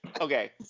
okay